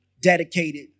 dedicated